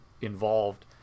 involved